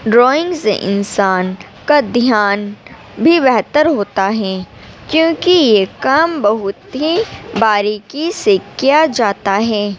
drawings سے انسان کا دھیان بھی بہتر ہوتا ہیں کیونکہ یہ کام بہت ہی باریکی سے کیا جاتا ہیں